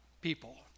people